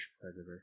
predator